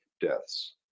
deaths